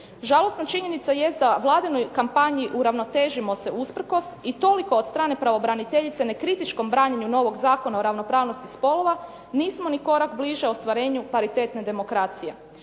Žalosna činjenica jest da vladinoj kampanji uravnotežimo se usprkos i toliko od strane pravobraniteljice nekritičkom branjenju novog Zakona o ravnopravnosti spolova, nismo ni korak bliže ostvarenju paritetne demokracije.